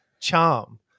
charm